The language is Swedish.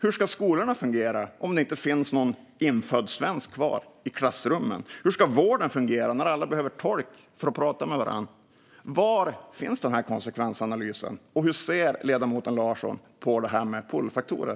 Hur ska skolorna fungera om det inte finns någon infödd svensk kvar i klassrummen? Hur ska vården fungera när alla behöver tolk för att prata med varandra? Var finns konsekvensanalysen, och hur ser ledamoten Larsson på det här med pullfaktorer?